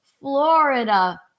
Florida